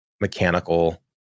mechanical